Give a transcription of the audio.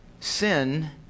Sin